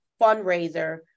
fundraiser